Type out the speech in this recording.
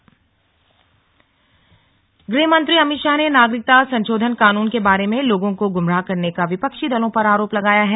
गृहमंत्री गृहमंत्री अमित शाह ने नागरिकता संशोधन कानून के बारे में लोगों को गुमराह करने का विपक्षी दलों पर आरोप लगाया है